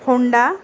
Honda